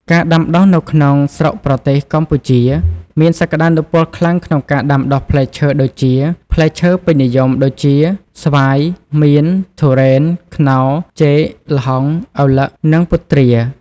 ការដាំដុះនៅក្នុងស្រុកប្រទេសកម្ពុជាមានសក្តានុពលខ្លាំងក្នុងការដាំដុះផ្លែឈើដូចជាផ្លែឈើពេញនិយម ដូចជា ស្វាយ មៀន ធូររន ខ្នុរ ចេក ល្ហុង ឪឡឹក និងពុទ្រា។